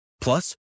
Plus